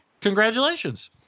Congratulations